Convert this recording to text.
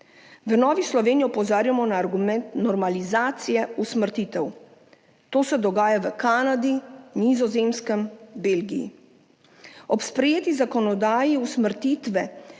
V Novi Sloveniji opozarjamo na argument normalizacije usmrtitev. To se dogaja v Kanadi, na Nizozemskem, v Belgiji. Ob sprejeti zakonodaji usmrtitve